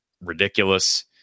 ridiculous